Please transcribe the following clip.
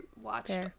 watched